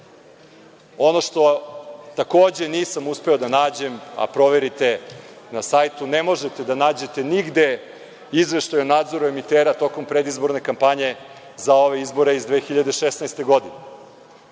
što takođe nisam uspeo da nađem, a proverite na sajtu, ne možete da nađete nigde izveštaj o nadzoru emitera tokom predizborne kampanje za ove izbore iz 2016. godine. Ako